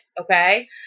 okay